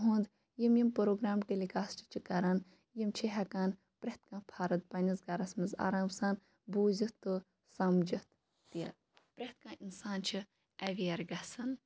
اُہُنٛد یِم یِم پروگرام ٹیلِکاسٹ چھِ کَران یِم چھِ ہیٚکان پرٛٮ۪تھ کانٛہہ پھرٕد پَننِس گَرَس مَنٛز آرام سان بوٗزِتھ تہٕ سَمجِتھ تہِ پرٛٮ۪تھ کانٛہہ اِنسان چھُ ایٚویٚر گَژھان